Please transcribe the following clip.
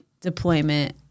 deployment